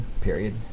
period